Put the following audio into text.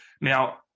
Now